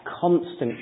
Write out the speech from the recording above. constant